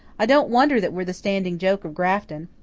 i don't wonder that we're the standing joke of grafton.